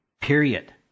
period